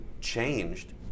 changed